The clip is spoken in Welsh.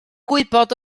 gwybod